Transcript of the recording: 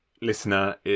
listener